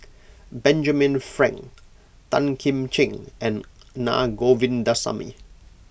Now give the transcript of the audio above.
Benjamin Frank Tan Kim Ching and Na Govindasamy